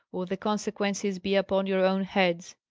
or the consequences be upon your own heads.